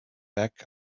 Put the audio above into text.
back